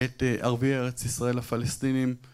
את ערבי ארץ ישראל הפלסטינים